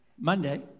Monday